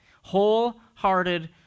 Wholehearted